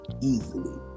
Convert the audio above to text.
Easily